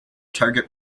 target